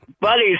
buddies